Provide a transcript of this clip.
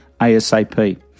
ASAP